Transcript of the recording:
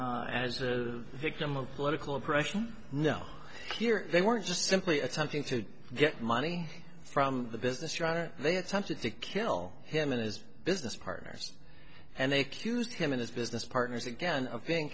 states as a victim of political oppression no they weren't just simply attempting to get money from the business rather they attempted to kill him and his business partners and they cues him and his business partners again of being